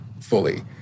fully